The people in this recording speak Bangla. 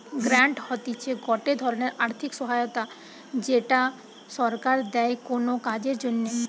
গ্রান্ট হতিছে গটে ধরণের আর্থিক সহায়তা যেটা সরকার দেয় কোনো কাজের জন্যে